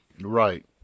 Right